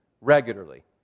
regularly